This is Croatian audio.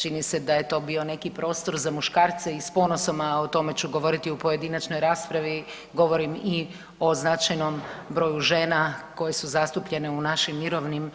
Čini se da je to bio neki prostor za muškarce i s ponosom, a o tome ću govoriti u pojedinačnoj raspravi, govorim i o značajnom broju žena koje su zastupljene u našim mirovnim